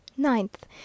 Ninth